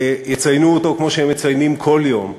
יציינו אותו, כמו שהם מציינים כל יום,